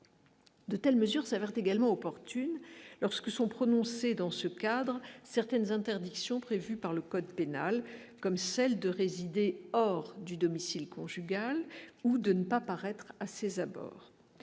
de telles mesures s'certes également opportune lorsque sont prononcées dans ce cadre, certaines interdictions prévues par le code pénal, comme celle de résider hors du domicile conjugal ou de ne pas paraître à ses abords,